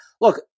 look